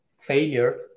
failure